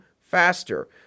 faster